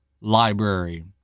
library